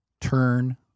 turn